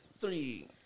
three